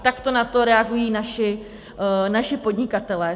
Takto na to reagují naši podnikatelé.